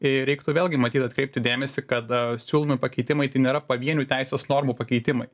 ir reiktų vėlgi matyt atkreipti dėmesį kad siūlomi pakeitimai tai nėra pavienių teisės normų pakeitimai